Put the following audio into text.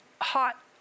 hot